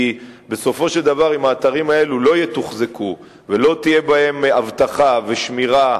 כי בסופו של דבר אם האתרים האלה לא יתוחזקו ולא יהיו בהם אבטחה ושמירה,